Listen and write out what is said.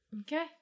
Okay